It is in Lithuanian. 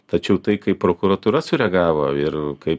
tačiau tai kaip prokuratūra sureagavo ir kaip